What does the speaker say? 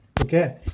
Okay